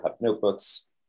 notebooks